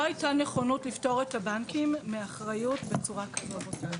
לא הייתה נכונות לפטור את הבנקים מאחריות בצורה כזאת.